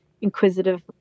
inquisitive